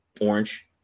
orange